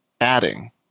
Adding